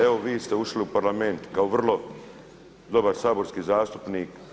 Evo vi ste ušli u Parlament kao vrlo dobar saborski zastupnik.